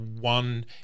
one